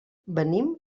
venim